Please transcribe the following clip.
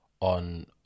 on